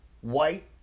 white